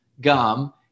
gum